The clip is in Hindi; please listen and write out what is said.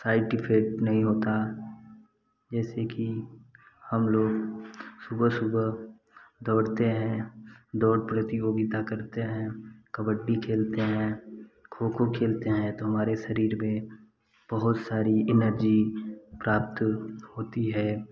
साइड इफेक्ट नहीं होता जैसे कि हम लोग सुबह सुबह दौड़ते हैं दौड़ प्रतियोगिता करते हैं कबड्डी खेलते हैं खो खो खेलते हैं तो हमारे शरीर में बहुत सारी इनर्जी प्राप्त होती है